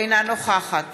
אינה נוכחת